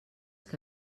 que